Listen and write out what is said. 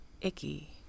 Icky